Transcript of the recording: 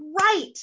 right